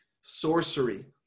sorcery